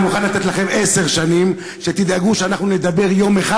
אני מוכן לתת לכם עשר שנים ותדאגו שאנחנו נדבר יום אחד,